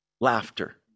laughter